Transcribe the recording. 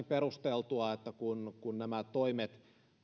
perusteltua että kun nämä toimet